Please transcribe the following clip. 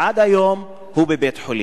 ועד היום הוא בבית-חולים.